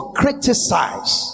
criticize